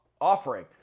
offering